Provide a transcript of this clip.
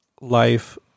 life